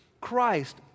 Christ